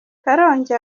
karongi